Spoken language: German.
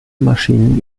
maschinen